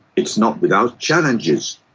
it is not without challenges.